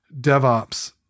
DevOps